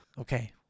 Okay